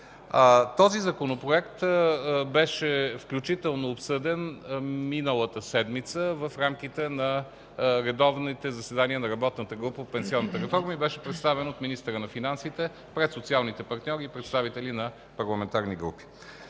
Този законопроект беше обсъден миналата седмица в рамките на редовните заседания на работната група по пенсионната реформа и беше представен от министъра на финансите пред социалните партньори и представители на парламентарни групи.